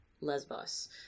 Lesbos